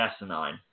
Asinine